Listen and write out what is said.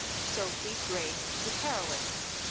sophie grace zacharewicz.